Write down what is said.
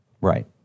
Right